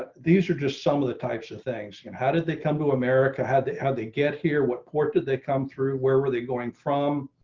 these are just some of the types of things. and how did they come to america had they had, they get here, what port. did they come through. where were they going from,